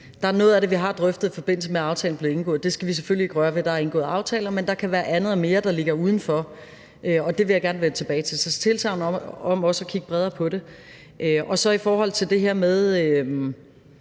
Der er noget af det, vi har drøftet, i forbindelse med at aftalen blev indgået, og det skal vi selvfølgelig ikke røre ved, for det er der indgået aftale om. Men der kan være andet og mere, der ligger uden for det, og det vil jeg gerne vende tilbage til. Så herfra et tilsagn om også at kigge bredere på det. Så i forhold til det her med,